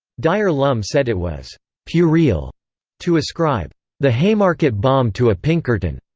dyer lum said it was puerile to ascribe the haymarket bomb to a pinkerton.